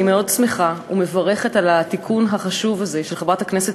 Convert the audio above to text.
אני מאוד שמחה ומברכת על התיקון החשוב הזה של חברת הכנסת